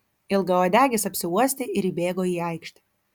ilgauodegis apsiuostė ir įbėgo į aikštę